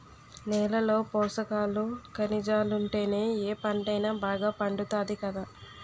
నేలలో పోసకాలు, కనిజాలుంటేనే ఏ పంటైనా బాగా పండుతాది కదా